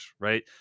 right